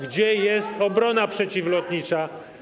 Gdzie jest obrona przeciwlotnicza?